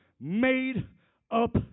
made-up